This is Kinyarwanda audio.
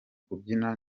kubyina